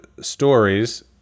stories